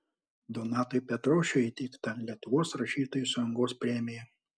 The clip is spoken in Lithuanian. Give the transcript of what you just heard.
donatui petrošiui įteikta lietuvos rašytojų sąjungos premija